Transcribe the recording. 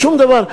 שום דבר.